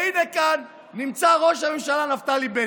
והינה, כאן נמצא ראש הממשלה נפתלי בנט,